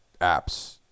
apps